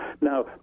Now